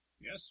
Yes